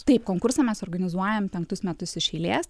taip konkursą mes organizuojam penktus metus iš eilės